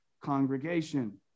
congregation